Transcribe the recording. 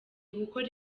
gukora